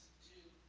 to